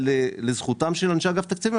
אבל לזכותם של אנשי אגף תקציבים,